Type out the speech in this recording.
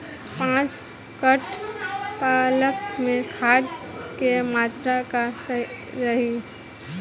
पाँच कट्ठा पालक में खाद के मात्रा का रही?